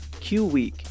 qweek